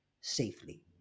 safely